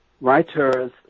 Writers